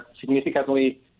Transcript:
significantly